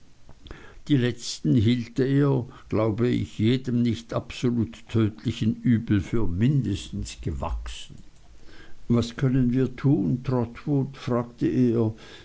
die letztern hielt er glaube ich jedem nicht absolut tödlichen übel für mindestens gewachsen was können wir nur tun trotwood fragte er